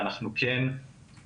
ואנחנו כן נגיד,